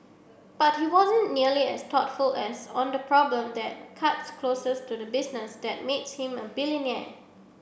but he wasn't nearly as thoughtful as on the problem that cuts closest to the business that makes him a